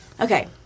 Okay